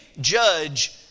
judge